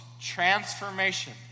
transformation